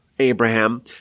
Abraham